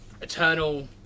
eternal